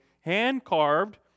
hand-carved